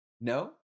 No